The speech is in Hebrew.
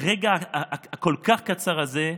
ברגע הכל-כך קצר הזה,